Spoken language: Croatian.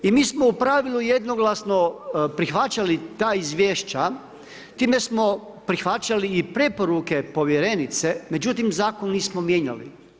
I mi smo u pravilu jednoglasno prihvaćali ta izvješća, tim smo prihvaćali i preporuke povjerenice, međutim, zakon nismo mijenjali.